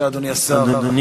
בבקשה, אדוני.